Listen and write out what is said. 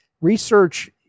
research